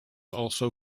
also